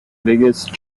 biggest